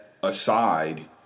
aside